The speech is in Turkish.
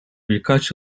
birkaç